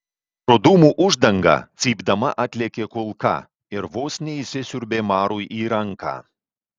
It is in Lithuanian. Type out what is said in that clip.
pro dūmų uždangą cypdama atlėkė kulka ir vos neįsisiurbė marui į ranką